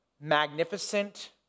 magnificent